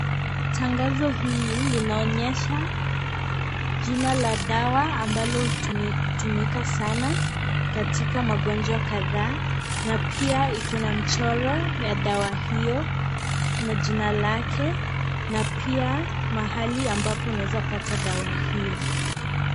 Tangazo hili linaonyesha jina la dawa ambalo hutumika sana katika magonjwa kadhaa na pia iko na mchoro ya dawa hiyo na jina lake na pia mahali ambapo unaweza pata dawa hiyo.